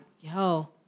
yo